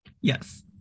Yes